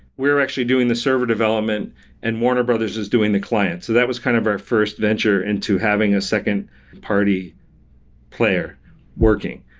we are actually doing the server development and warner bros. is doing the client. so that was kind of our first venture into having a second party player working.